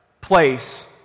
place